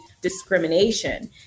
discrimination